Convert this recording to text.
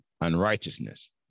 unrighteousness